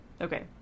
okay